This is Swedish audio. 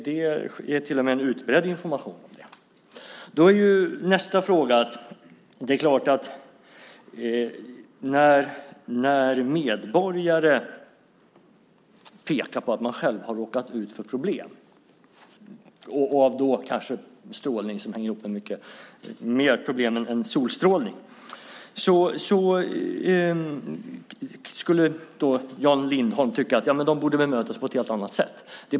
Det är till och med en utbredd information i det avseendet. Sedan har vi nästa fråga. När medborgare pekar på att de själva har råkat ut för problem, kanske till följd av strålning som hänger ihop med fler problem än solstrålning, borde de, tycker Jan Lindholm, bemötas på ett helt annat sätt.